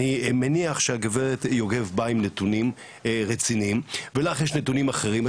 אני מניח שהגברת יוגב באה עם נתונים רציניים ולך יש נתונים אחרים,